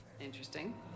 Interesting